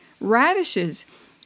radishes